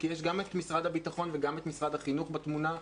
כי יש גם את משרד הביטחון וגם את משרד החינוך בתמונה,